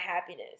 happiness